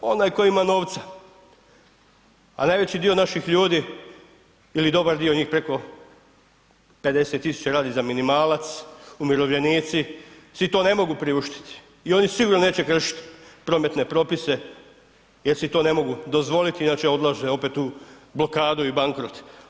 Onaj koji ima novca a najveći dio naših ljudi ili dobar dio njih preko 50 tisuća radi za minimalac, umirovljenici si to ne mogu priuštiti i oni sigurno neće kršiti prometne propise jer si to ne mogu dozvoliti, inače odlaze opet u blokadu i bankrot.